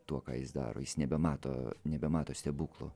tuo ką jis daro jis nebemato nebemato stebuklų